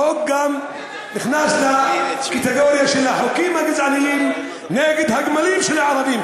החוק גם נכנס לקריטריונים של החוקים הגזעניים נגד הגמלים של הערבים.